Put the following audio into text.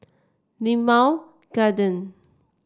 Limau Garden